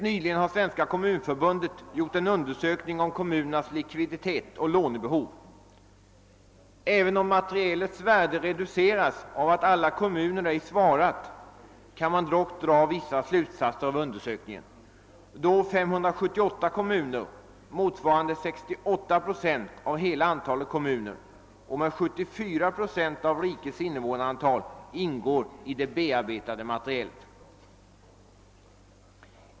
Nyligen har Svenska kommunförbundet gjort en undersökning om kommunernas likviditet och lånebehov. Även om materialets värde reduceras av att alla kommuner ej svarat, kan man dock dra vissa slutsatser av undersökningen, då 578 kommuner motsvarande 68 procent av hela antalet och med 74 procent av rikets invånare ingår i det bearbetade materialet.